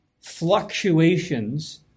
fluctuations